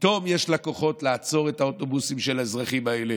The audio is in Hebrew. פתאום יש לה כוחות לעצור את האוטובוסים של האזרחים האלה,